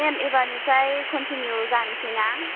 मेम एबारनिफ्राय कन्टिनिउ जानोसैना